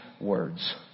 words